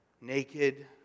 Naked